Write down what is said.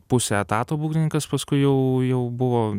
pusę etato būgnininkas paskui jau jau buvo